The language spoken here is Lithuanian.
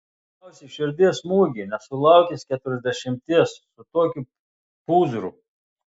benai gausi širdies smūgį nesulaukęs keturiasdešimties su tokiu pūzru